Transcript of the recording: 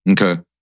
Okay